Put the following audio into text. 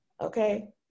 Okay